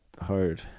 hard